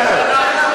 איזה חינוך זה?